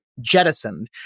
jettisoned